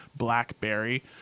blackberry